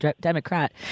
Democrat